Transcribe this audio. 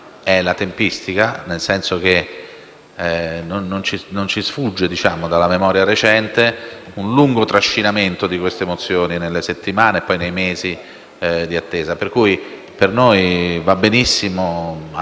problema è la tempistica, nel senso che non ci sfugge, dalla memoria recente, un lungo trascinamento di queste mozioni nelle settimane e poi nei mesi d'attesa. Per noi va benissimo attendere